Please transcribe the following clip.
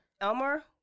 Elmer